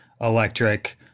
electric